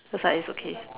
I was like it's okay